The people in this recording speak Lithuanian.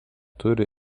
turi